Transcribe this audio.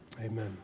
Amen